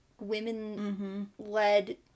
women-led